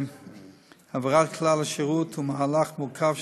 העברת כלל השירות הוא מהלך מורכב,